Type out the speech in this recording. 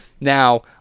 now